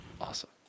Awesome